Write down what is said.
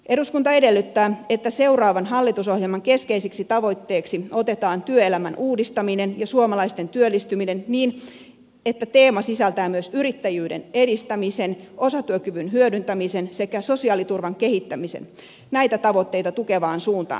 eduskunta edellyttää että seuraavan hallitusohjelman keskeiseksi tavoitteeksi otetaan työelämän uudistaminen ja suomalaisten työllistyminen niin että teema sisältää myös yrittäjyyden edistämisen osatyökyvyn hyödyntämisen sekä sosiaaliturvan kehittämisen näitä tavoitteita tukevaan suuntaan